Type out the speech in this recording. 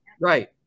right